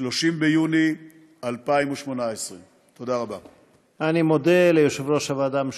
30 ביוני 2018. אני מודה ליושב-ראש הוועדה המשותפת,